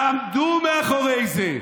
תעמדו מאחורי זה.